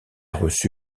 reçu